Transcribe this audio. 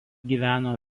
gyveno